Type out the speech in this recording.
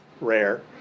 rare